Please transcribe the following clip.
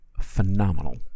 phenomenal